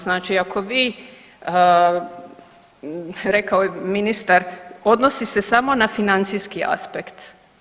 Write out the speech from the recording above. Znači ako vi, rekao je ministar odnosi se samo na financijski aspekt.